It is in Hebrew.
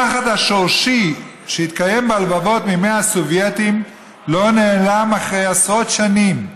הפחד השורשי שהתקיים בלבבות מימי הסובייטים לא נעלם אחרי עשרות שנים.